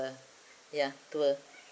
our ya tour